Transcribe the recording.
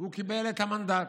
והוא קיבל את המנדט.